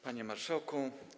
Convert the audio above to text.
Panie Marszałku!